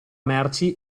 merci